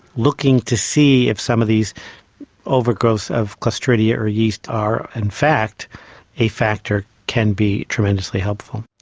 looking to see if some of these overgrowth of clostridia or yeast are in fact a factor can be tremendously helpful.